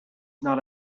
not